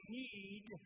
need